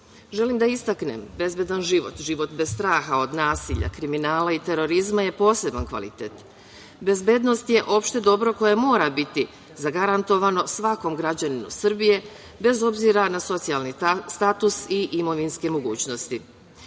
Želim da istaknem da je bezbedan život, život bez straha od nasilja, kriminala i terorizma je poseban kvalitet. Bezbednost je opšte dobro koje mora biti zagarantovano svakom građaninu Srbije, bez obzira na socijalni status i imovinske mogućnosti.